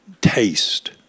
taste